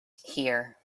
here